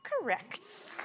Correct